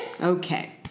Okay